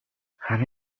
همه